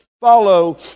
follow